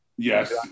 Yes